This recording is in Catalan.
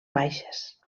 baixes